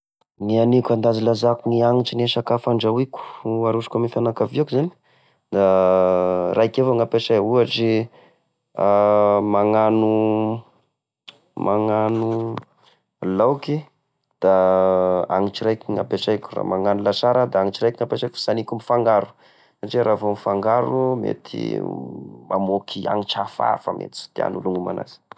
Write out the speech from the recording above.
Gny aniko andanjalanja e hanitry e sakafo andrahoiko arosoko ame fiankaviako zany: da raiky evao gne ampesay ohatry magnano, magnano laoky da hanitra raiky gny apesaiko, raha magnano lasary a da hanitry raiky gny apesaiko, sy aniko mifangaro satria raha vao mifangaro mety mamôky hanitry hafahafa mety tsy tian'olo ny homa anazy.